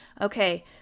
okay